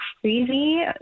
crazy